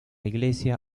iglesia